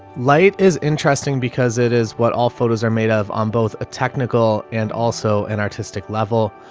light is interesting because it is what all photos are made of on both a technical and also an artistic level.